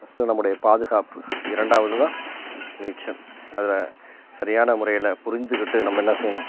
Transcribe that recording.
first நம்முடைய பாதுகாப்பு இரண்டாவது தான் நீச்சல் அதில் சரியான முறையில் புரிஞ்சிக்கிட்டு நம்ம என்ன செய்யணும்